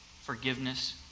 forgiveness